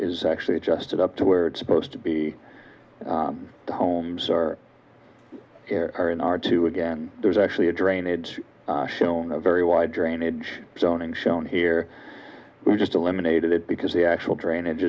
is actually adjusted up to where it's supposed to be the homes are are in are two again there's actually a drainage shown a very wide drainage zoning shown here just eliminated it because the actual drainage